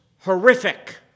horrific